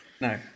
No